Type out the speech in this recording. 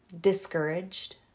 discouraged